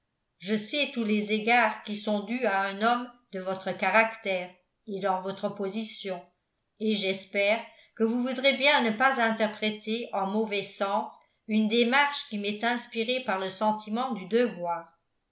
je sais tous les égards qui sont dus à un homme de votre caractère et dans votre position et j'espère que vous voudrez bien ne pas interpréter en mauvais sens une démarche qui m'est inspirée par le sentiment du devoir